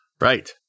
Right